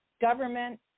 government